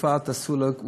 תרופה x או תעשו y.